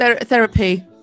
Therapy